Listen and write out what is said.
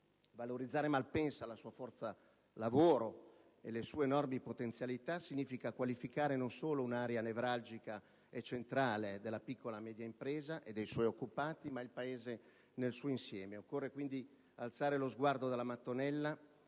Valorizzare Malpensa, la sua forza lavoro e le sue enormi potenzialità, significa qualificare non solo un'area nevralgica e centrale della piccola e media impresa e dei suoi occupati, ma il Paese nel suo insieme.